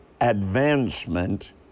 advancement